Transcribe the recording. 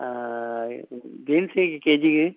ಹಾಂ ಬೀನ್ಸ್ ಹೇಗೆ ಕೆ ಜಿಗೆ